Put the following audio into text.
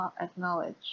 acknowledge